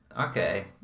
Okay